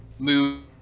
Move